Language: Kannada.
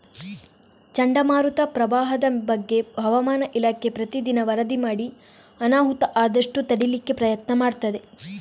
ಚಂಡಮಾರುತ, ಪ್ರವಾಹದ ಬಗ್ಗೆ ಹವಾಮಾನ ಇಲಾಖೆ ಪ್ರತೀ ದಿನ ವರದಿ ಮಾಡಿ ಅನಾಹುತ ಆದಷ್ಟು ತಡೀಲಿಕ್ಕೆ ಪ್ರಯತ್ನ ಮಾಡ್ತದೆ